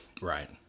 Right